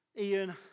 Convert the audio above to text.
Ian